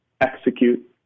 execute